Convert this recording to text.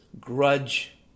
grudge